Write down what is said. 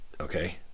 okay